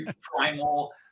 primal